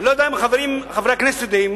אני לא יודע אם חברי הכנסת יודעים